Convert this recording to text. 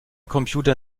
computer